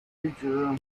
teacher